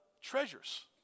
treasures